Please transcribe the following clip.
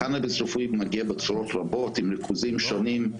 קנביס רפואי מגיע בצורות רבות עם ריכוזים שונים.